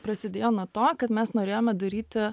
prasidėjo nuo to kad mes norėjome daryti